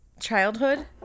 childhood